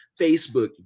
Facebook